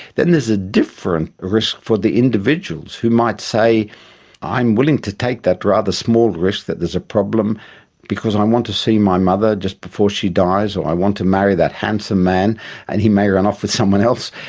then there's a different risk for the individuals who might say i'm willing to take that rather small risk that there's a problem because i want to see my mother just before she dies, or i want to marry that handsome man and he may run off with someone else.